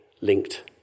linked